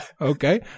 okay